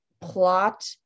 plot